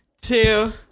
two